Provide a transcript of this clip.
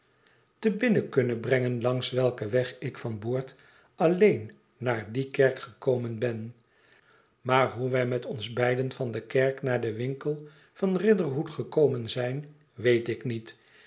te binnen kunnen brengen langs welken weg ik van boord alleen naar die kerk gekomen ben maar hoe wij met ons beiden van de kerk naarden winkel van riderhood gekomen zijn weet ik niet